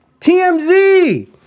tmz